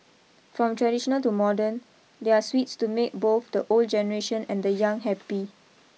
from traditional to modern there are sweets to make both the old generation and the young happy